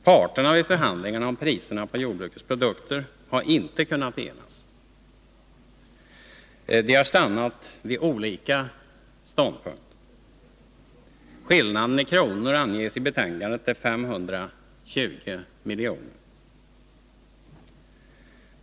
Parterna i förhandlingarna om priserna på jordbrukets produkter har inte kunnat enas. De har stannat vid olika ståndpunkter. Skillnaden i kronor anges i betänkandet till 520 miljoner.